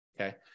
okay